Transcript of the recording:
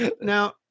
Now